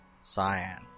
Cyan